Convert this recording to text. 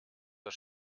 das